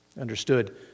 understood